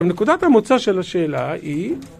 נקודת המוצא של השאלה היא